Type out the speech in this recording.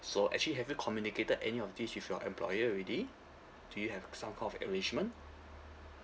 so actually have you communicated any of this with your employer already do you have some kind of arrangement